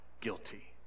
guilty